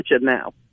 now